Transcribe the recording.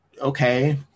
Okay